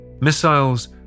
Missiles